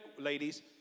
Ladies